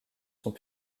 sont